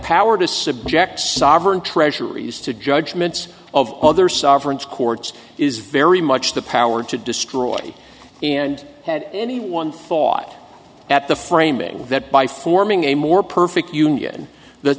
power to subject sovereign treasuries to judgments of other sovereigns courts is very much the power to destroy and had anyone thought at the framing that by forming a more perfect union th